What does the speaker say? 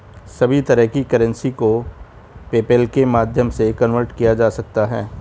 सभी तरह की करेंसी को पेपल्के माध्यम से कन्वर्ट किया जा सकता है